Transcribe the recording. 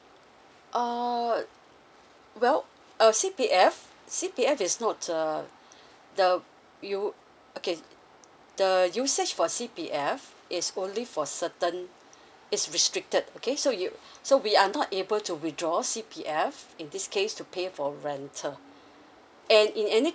oh well C_P_F C_P_F is not uh the you okay the usage for C_P_F is only for certain it's restricted okay so you so we are not able to withdraw C_P_F in this case to pay for rental and in any